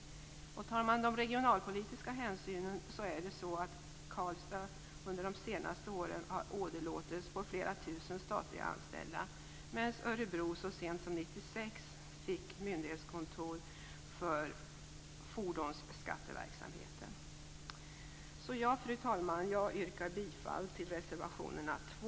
Tar man regionalpolitiska hänsyn har Karlstad de senaste åren åderlåtits på flera tusen statliga anställda medan Örebro så sent som 1996 fick myndighetskontor för fordonsskatteverksamheten. Fru talman! Jag yrkar bifall till reservationerna 2